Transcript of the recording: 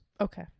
Okay